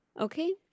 Okay